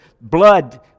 blood